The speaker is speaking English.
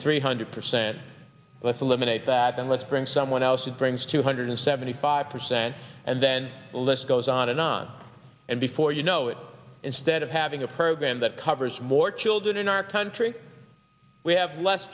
three hundred percent let's eliminate that and let's bring someone else who brings two hundred seventy five percent and then list goes on and on and before you know it instead of having a program that covers more children in our country we have less